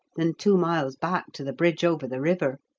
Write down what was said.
than two miles back to the bridge over the river.